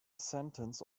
sentence